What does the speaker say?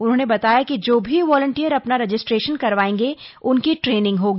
उन्होंने बताया कि जो भी वॉलन्टियर अपना रजिस्ट्रेशन करवाएंगे उनकी ट्रेनिंग होगी